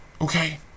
Okay